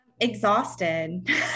Exhausted